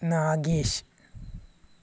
Nagesh